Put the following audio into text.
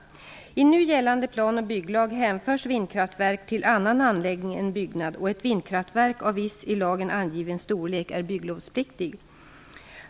I nu gällande plan och bygglag hänförs vindkraftverk till annan anläggning än byggnad, och ett vindkraftverk av viss i lagen angiven storlek är bygglovspliktig.